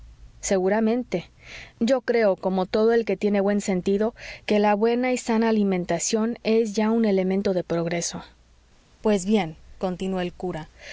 seguramente yo creo como todo el que tiene buen sentido que la buena y sana alimentación es ya un elemento de progreso pues bien continuó el cura yo